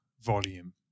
volume